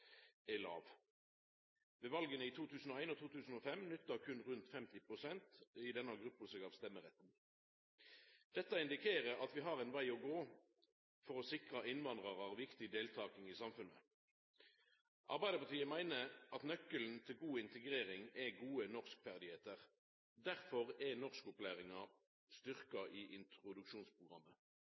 er låg. Ved vala i 2001 og 2005 nytta berre rundt 50 pst. i denne gruppa seg av stemmeretten. Dette indikerer at vi har ein veg å gå for å sikra innvandrarar viktig deltaking i samfunnet. Arbeidarpartiet meiner at nøkkelen til god integrering er gode norskferdigheiter. Derfor er norskopplæringa styrkt i